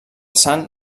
san